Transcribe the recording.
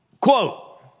Quote